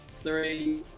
three